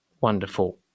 wonderful